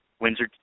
Windsor